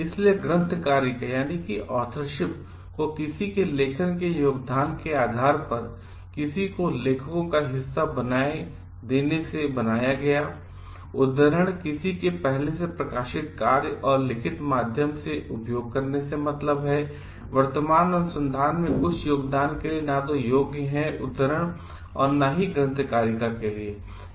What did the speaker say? इसलिए ग्रंथकारिका को किसी के लेखन के योगदान के आधार पर किसी को लेखकों का हिस्सा बना देने से बनाया गया उद्धरण किसी के पहले प्रकाशित कार्य और लिखित माध्यम से उपयोग करने का मतलब है वर्तमान अनुसंधान में कुछ योगदान के लिए न तो योग्य है उद्धरण और न ही ग्रंथकारिका के लिए